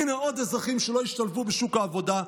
הינה עוד אזרחים שלא ישתלבו בשוק העבודה,